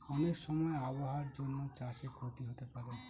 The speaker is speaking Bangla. অনেক সময় আবহাওয়ার জন্য চাষে ক্ষতি হতে পারে